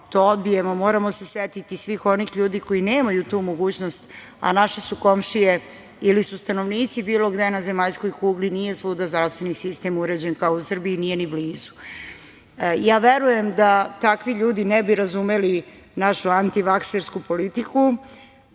to odbijemo moramo se setiti svih onih ljudi koji nemaju tu mogućnost, a naše su komšije ili su stanovnici bilo gde na zemaljskoj kugli, jer nije svuda zdravstveni sistem uređen kao u Srbiji, nije ni blizu. Ja verujem da takvi ljudi ne bi razumeli našu antivaksersku politiku,